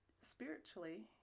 spiritually